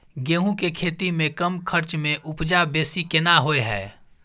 गेहूं के खेती में कम खर्च में उपजा बेसी केना होय है?